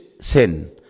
sin